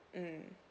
mm